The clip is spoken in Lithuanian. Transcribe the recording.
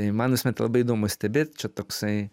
tai man visuomet labai įdomu stebėt čia toksai